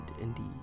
Indeed